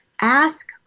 Ask